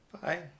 Bye